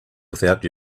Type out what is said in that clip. without